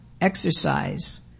exercise